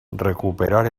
recuperar